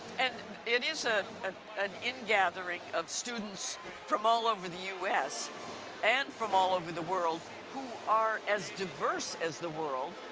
and it is ah ah an in-gathering of students from all over the us and from all over the world who are as diverse as the world.